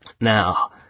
Now